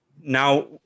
Now